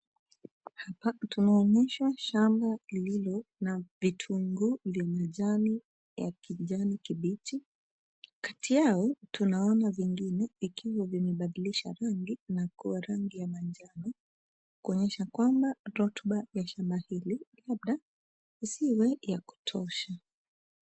Hapa tunaonyeshwa shamba lililo na vitunguu vya majani ya kijani kibichi. Kati yao tunaona vingine vikiwa vimebadilisha rangi na kuwa rangi ya manjano, kuonyesha kwamba rutuba ya shamba hili labda isiwe ya kutosha.